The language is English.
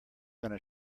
gonna